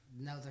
No